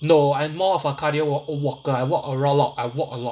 no I'm more of a cardio walk walker I walk around lot I walk a lot